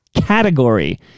category